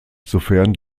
sofern